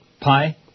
Pie